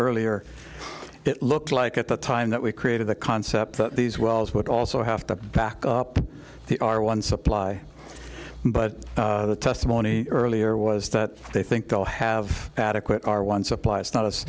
earlier it looked like at the time that we created the concept that these wells would also have to back up the r one supply but the testimony earlier was that they think they'll have adequate are one supplies not